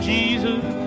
Jesus